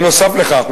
נוסף על כך,